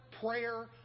prayer